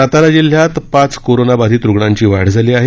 सातारा जिल्ह्यात पाच कोरोना बाधीत रुग्णाची वाढ झाली आहे